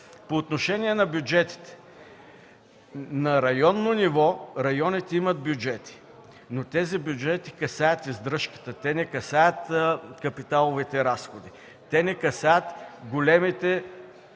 По отношение на бюджетите. На районно ниво районите имат бюджети, но те касаят издръжката, не касаят капиталовите разходи. Те не касаят големите